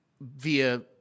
via